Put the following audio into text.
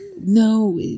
No